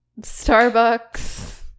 starbucks